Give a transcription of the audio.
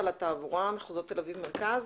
ניר משה?